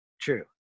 True